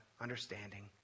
understanding